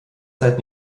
zeit